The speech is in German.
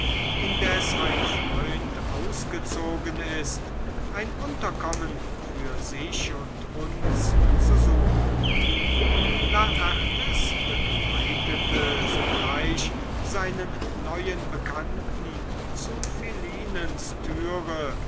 indes ein freund ausgezogen ist ein unterkommen für sich und uns zu suchen laertes begleitete sogleich seinen neuen bekannten zu philinens türe